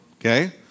okay